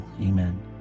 Amen